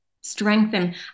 strengthen